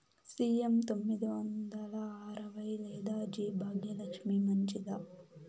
CM తొమ్మిది వందల అరవై లేదా జి భాగ్యలక్ష్మి మంచిదా?